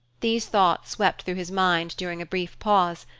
these thoughts swept through his mind during a brief pause,